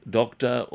doctor